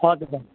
हजुर अँ